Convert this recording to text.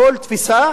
כל תפיסה,